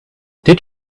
did